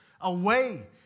away